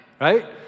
right